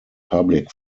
public